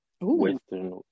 Western